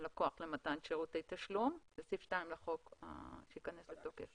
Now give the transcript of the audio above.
לקוח למתן שירותי תשלום זה סעיף 2 לחוק שייכנס לתוקף